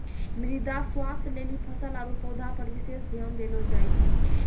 मृदा स्वास्थ्य लेली फसल आरु पौधा पर विशेष ध्यान देलो जाय छै